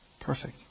Perfect